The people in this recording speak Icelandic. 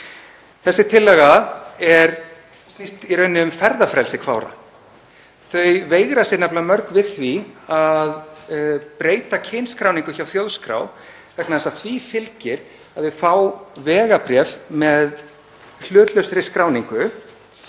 Þessi tillaga snýst í rauninni um ferðafrelsi kvára. Þau veigra sér nefnilega mörg við því að breyta kynskráningu hjá Þjóðskrá vegna þess að því fylgir að þau fá vegabréf með hlutlausri skráningu.